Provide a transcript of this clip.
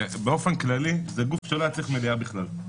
באופן כללי, זה גוף שלא היה צריך מליאה בכלל.